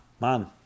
man